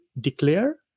declare